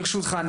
ברשותך,